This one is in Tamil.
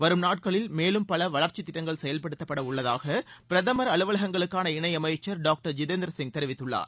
வரும் நாட்களில் மேலும் பல வளர்ச்சித் திட்டங்கள் செயல்படுத்தப்படவுள்ளதாக பிரதமர் அலுவலகங்களுக்கான இணையமைச்சர் டாக்டர் ஜிதேந்திரசிங் தெரிவித்துள்ளார்